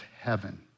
heaven